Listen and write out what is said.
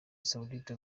saoudite